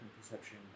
perception